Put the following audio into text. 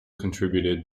contributed